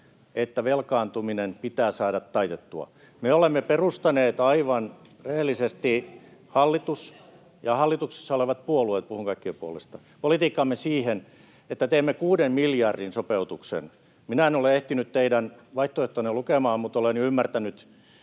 että velkaantuminen pitää saada taitettua. [Keskeltä: Se ei toteudu!] Me olemme perustaneet aivan rehellisesti, hallitus ja hallituksessa olevat puolueet — puhun kaikkien puolesta — politiikkamme siihen, että teemme kuuden miljardin sopeutuksen. Minä en ole ehtinyt teidän vaihtoehtoanne lukemaan, mutta olen ymmärtänyt